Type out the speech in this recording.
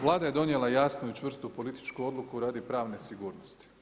Vlada je donijela jasnu i čvrstu političku odluku radi pravne sigurnosti.